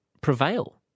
prevail